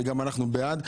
גם אנחנו בעד,